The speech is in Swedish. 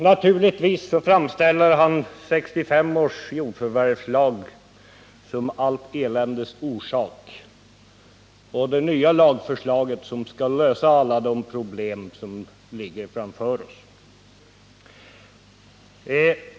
Naturligtvis framställer han 1965 års jordförvärvslag som allt eländes orsak och det nya lagförslaget som det som skall lösa alla de problem som ligger framför oss.